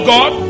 God